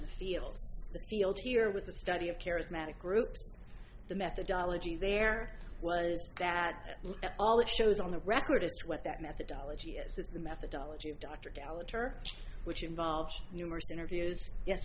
the field the field here with the study of charismatic groups the methodology there was that all it shows on the record is what that methodology is the methodology of dr gallagher which involves numerous interviews yes